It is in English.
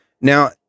Now